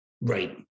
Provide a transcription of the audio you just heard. Right